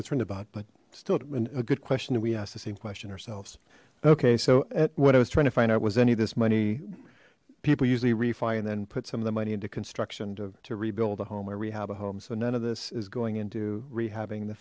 concerned about but still a good question that we asked the same question ourselves okay so at what i was trying to find out was any of this money people usually refi and then put some of the money into construction to rebuild a home or rehab a home so none of this is going into rehabbing the